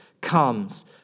comes